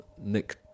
Nick